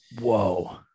whoa